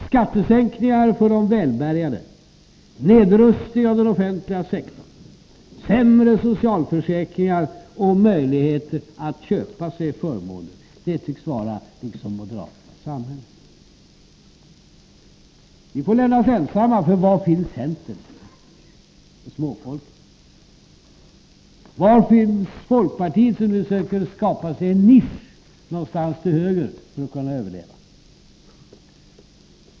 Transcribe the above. Skattesänkningar för de välbärgade, nedrustning av den offentliga sektorn, sämre socialförsäkringar och möjligheter att köpa sig förmåner — det tycks vara moderaternas samhälle. Var finns centern och småfolket i allt detta? Var finns folkpartiet, som nu söker skapa sig en nisch någonstans till höger för att kunna överleva?